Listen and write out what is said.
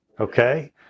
okay